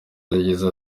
yagize